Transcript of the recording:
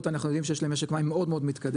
אנחנו יודעים שיש להם משק מים מאוד מאוד מתקדם,